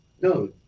No